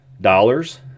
dollars